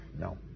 No